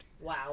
Wow